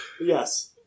Yes